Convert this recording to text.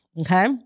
Okay